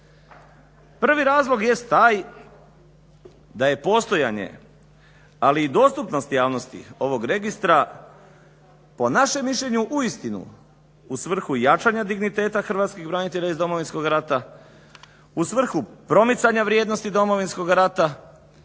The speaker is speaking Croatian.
Prvi razlog jest taj da je postojanje, ali dostupnost javnosti ovog registra po našem mišljenju uistinu u svrhu jačanja digniteta hrvatskih branitelja iz Domovinskog rata, u svrhu promicanja vrijednosti Domovinskog rata,